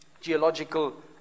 geological